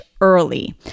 early